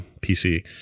PC